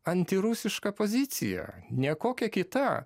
antirusiška pozicija ne kokia kita